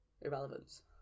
irrelevance